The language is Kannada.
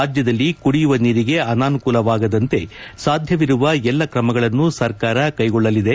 ರಾಜ್ಯದಲ್ಲಿ ಕುಡಿಯುವ ನೀರಿಗೆ ಅನಾನೂಕೂಲವಾಗದಂತೆ ಸಾಧ್ಯವಿರುವ ಎಲ್ಲ ಕ್ರಮಗಳನ್ನು ಸರ್ಕಾರ ಕೈಗೊಳ್ಳಲಿದೆ